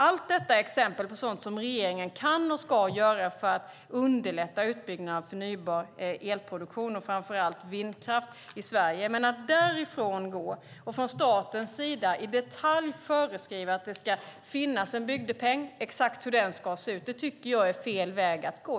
Allt detta är exempel på sådant som regeringen kan och ska göra för att underlätta utbyggnaden av förnybar elproduktion och framför allt vindkraft i Sverige. Men att från statens sida i detalj föreskriva att det ska finnas en bygdepeng och exakt hur den ska se ut tycker jag är fel väg att gå.